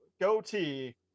goatee